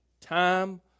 time